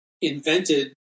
invented